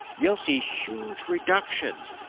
you'll see huge reductions,